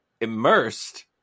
immersed